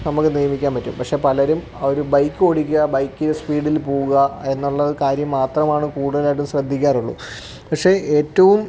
നമ്മൾ നിയന്ത്രിക്കാൻ പറ്റും പക്ഷെ പലരും ഒരു ബൈക്ക് ഓടിക്കുക ബൈക്ക് സ്പീഡിൽ പോവുക എന്നുള്ള കാര്യം മാത്രമാണ് കൂടുതലായിട്ടും ശ്രദ്ധിക്കാറുള്ളു പക്ഷെ ഏറ്റവും